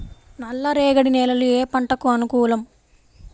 నల్ల రేగడి నేలలు ఏ పంటకు అనుకూలం?